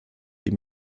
die